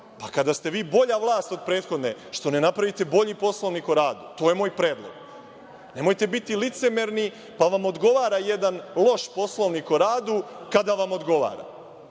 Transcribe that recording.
Kada ste vi bolja vlast od prethodne, što ne napraviti bolji Poslovnik o radu? To je moj predlog. Nemojte biti licemerni pa da vam odgovara jedan loš Poslovnik o radu, kada vam odgovara.